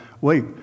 wait